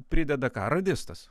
prideda ką radistas